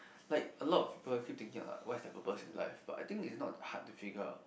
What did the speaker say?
like a lot of people keep thinking about what is their purpose in life but I think it's not that hard to figure out